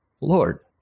Lord